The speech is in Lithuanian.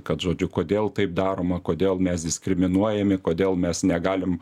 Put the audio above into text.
kad žodžiu kodėl taip daroma kodėl mes diskriminuojami kodėl mes negalim